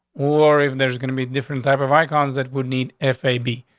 or if there's gonna be different type of icons that would need f a b.